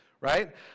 right